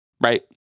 right